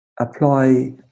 apply